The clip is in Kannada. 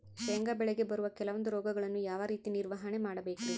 ಶೇಂಗಾ ಬೆಳೆಗೆ ಬರುವ ಕೆಲವೊಂದು ರೋಗಗಳನ್ನು ಯಾವ ರೇತಿ ನಿರ್ವಹಣೆ ಮಾಡಬೇಕ್ರಿ?